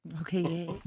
Okay